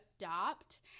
adopt